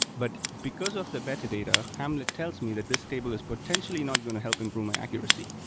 but because of the metadata, hamlet tells me that this table is potentially not going to help improve my accuracy.